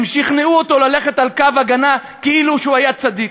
הם שכנעו אותו ללכת על קו הגנה כאילו הוא היה צדיק,